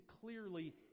clearly